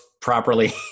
properly